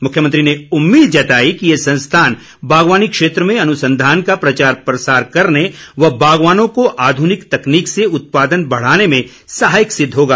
मुख्यमंत्री ने उम्मीद जताई कि ये संस्थान बागवानी क्षेत्र में अनुसंधान का प्रचार प्रसार करने व बागवानों को आध्निक तकनीक से उत्पादन बढ़ाने में सहायक सिद्ध होगा